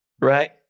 right